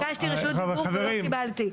אני ביקשתי רשות דיבור ולא קיבלתי.